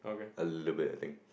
a little bit I think